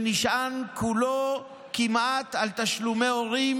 שנשען כמעט כולו על תשלומי הורים,